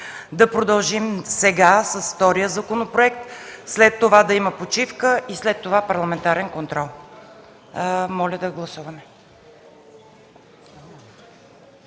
да продължим сега с втория законопроект, след това да има почивка, и след това – парламентарен контрол. Моля да гласуваме.